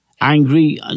angry